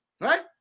right